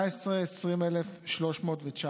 21,000, 2019,